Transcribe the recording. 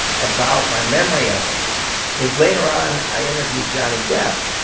about my memory of it is later on, i interviewed johnny depp,